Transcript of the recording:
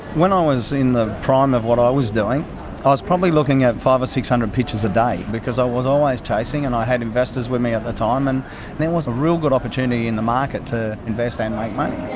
when i was in the prime of what i was doing i was probably looking at five or six hundred pictures a day, because i was always chasing and i had investors with me at the time and there was a real good opportunity in the market to invest and make like money.